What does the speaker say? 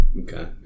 Okay